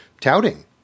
touting